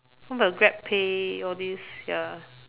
what about GrabPay all this ya